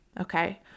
okay